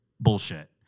Bullshit